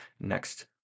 next